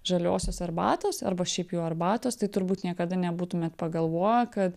žaliosios arbatos arba šiaip jau arbatos tai turbūt niekada nebūtumėt pagalvoję kad